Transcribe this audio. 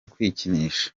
kwikinisha